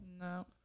no